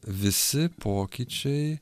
visi pokyčiai